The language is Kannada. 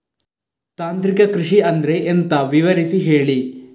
ತಾಂತ್ರಿಕ ಕೃಷಿ ಅಂದ್ರೆ ಎಂತ ವಿವರಿಸಿ ಹೇಳಿ